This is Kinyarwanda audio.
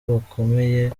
bakomeye